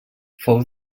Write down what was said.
fou